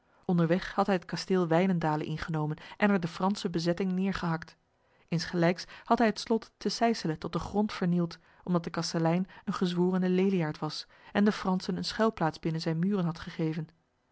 onderweg had hij het kasteel wijnendale ingenomen en er de franse bezetting neergehakt insgelijks had hij het slot te sijsele tot de grond vernield omdat de kastelein een gezworene leliaard was en de fransen een schuilplaats binnen zijn muren had gegeven